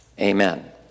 Amen